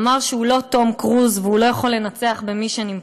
אמר שהוא לא טום קרוז והוא לא יכול לנצח ב-Mission Impossible.